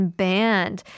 banned